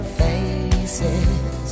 faces